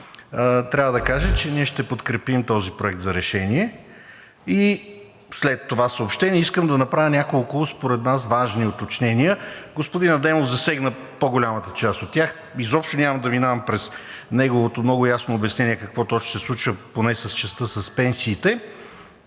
трябва да кажа, че ние ще подкрепим този проект за решение. След това съобщение искам да направя няколко според нас важни уточнения. Господин Адемов засегна по-голямата част от тях, изобщо няма да минавам през неговото много ясно обяснение какво точно се случва, поне в частта с пенсиите.